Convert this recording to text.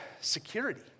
security